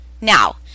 Now